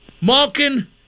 Malkin